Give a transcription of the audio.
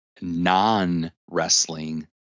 non-wrestling